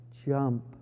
jump